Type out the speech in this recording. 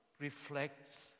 reflects